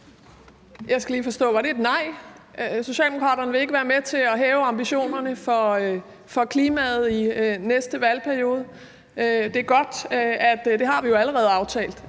Jeg skal lige forstå: Var det et nej? Vil Socialdemokraterne ikke være med til at hæve ambitionerne for klimaet i næste valgperiode? Det er godt – det har vi jo allerede aftalt